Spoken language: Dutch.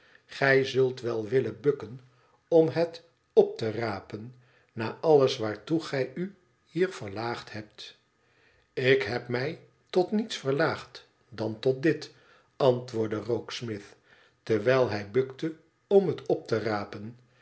gij zult wel willen bukken om het op te rapen na alles waartoe gij u hier verlaagd hebt ik heb mij tot niets verlaagd dan tot dit antwoordde rokesmith terwijl hij bukte om het op te rapen